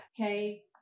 Okay